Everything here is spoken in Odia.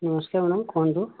ନମସ୍କାର ମ୍ୟାଡ଼ାମ କୁହନ୍ତୁ